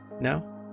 No